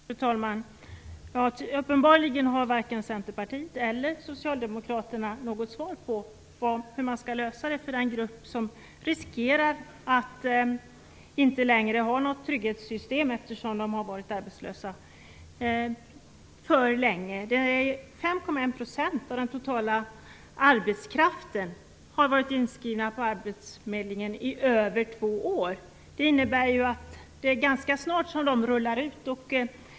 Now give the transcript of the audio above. Fru talman! Uppenbarligen har varken Centerpartiet eller Socialdemokraterna något svar på frågan hur man skall lösa problemet för den grupp som riskerar att inte längre ha något trygghetssystem, eftersom de har varit arbetslösa för länge. 5,1 % av den totala arbetskraften har varit inskrivna på arbetsförmedlingen i över två år. Det innebär ju att de ganska snart rullar ut.